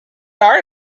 are